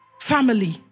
family